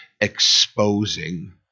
exposing